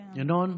ינון,